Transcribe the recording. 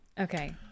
Okay